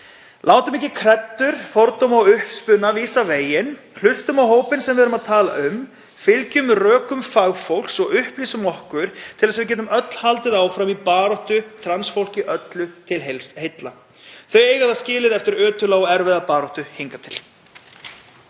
Látum ekki kreddur, fordóma og uppspuna vísa veginn. Hlustum á hópinn sem við erum að tala um, fylgjumst með rökum fagfólks og upplýsum okkur til að við getum öll haldið áfram baráttunni, trans fólki öllu til heilla. Þau eiga það skilið eftir ötula og erfiða baráttu hingað til.